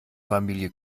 familie